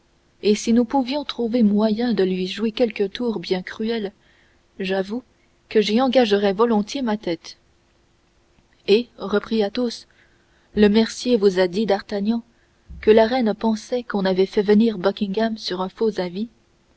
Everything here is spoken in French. et si nous pouvions trouver moyen de lui jouer quelque tour bien cruel j'avoue que j'y engagerais volontiers ma tête et reprit athos le mercier vous a dit d'artagnan que la reine pensait qu'on avait fait venir buckingham sur un faux